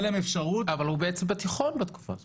להם אפשרות -- אבל הוא בתיכון בתקופה הזאת.